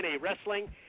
Wrestling